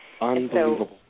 Unbelievable